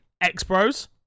X-Bros